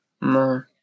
No